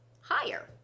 higher